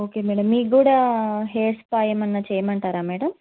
okay madam మీకు కూడా hair spa ఏమైనా చేయమంటారా మేడం